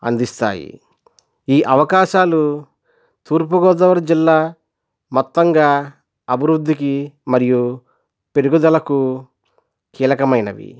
అందిస్తాయి ఈ అవకాశాలు తూర్పుగోదావరి జిల్లా మొత్తంగా అభివృద్ధికి మరియు పెరుగుదలకు కీలకమైనవి